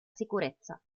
sicurezza